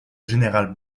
général